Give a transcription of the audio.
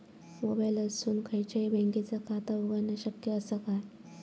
मोबाईलातसून खयच्याई बँकेचा खाता उघडणा शक्य असा काय?